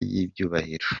y’icyubahiro